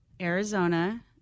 Arizona